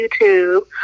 YouTube